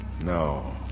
No